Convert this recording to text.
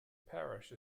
parish